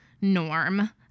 norm